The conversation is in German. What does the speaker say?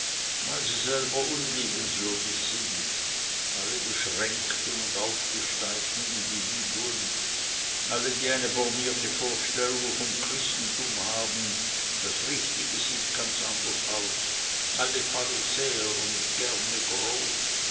weil sie selber unliebenswürdig sind alle beschränkten und aufgesteiften individuen alle die eine bornierte vorstellung vom christentum haben das richtige sieht ganz anders aus alle pharisäer und gernegroß